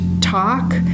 talk